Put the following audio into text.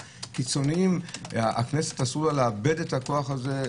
וקיצוניים אסור לכנסת לאבד את הכוח הזה.